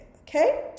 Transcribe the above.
okay